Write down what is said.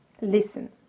listen